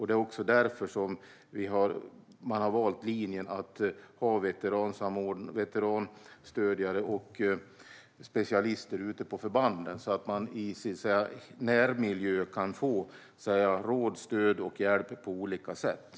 Det är också därför man har valt linjen att ha veteranstödjare och specialister ute på förbanden så att veteranerna i sin närmiljö kan få råd, stöd och hjälp på olika sätt.